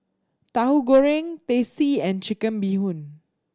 Tauhu Goreng Teh C and Chicken Bee Hoon